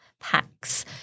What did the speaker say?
packs